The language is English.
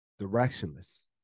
Directionless